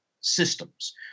systems